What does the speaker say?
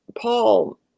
Paul